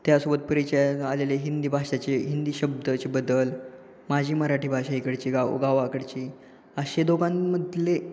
त्यासोबत परिचयात आलेले हिंदी भाषाचे हिंदी शब्दचे बदल माझी मराठी भाषा इकडची गाव गावाकडची असे दोघांमधले